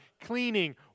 Cleaning